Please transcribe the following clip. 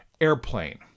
airplane